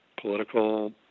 political